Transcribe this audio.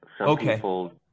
Okay